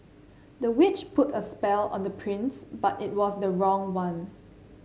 the witch put a spell on the prince but it was the wrong one